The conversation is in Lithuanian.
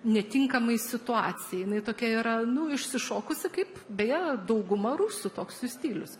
netinkamai situacijai jinai tokia yra nu išsišokusi kaip beje dauguma rusų toks stilius